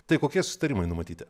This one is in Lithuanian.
tai kokie susitarimai numatyti